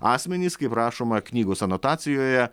asmenys kaip rašoma knygos anotacijoje